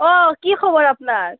অঁ কি খবৰ আপোনাৰ